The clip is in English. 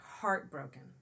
Heartbroken